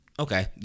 Okay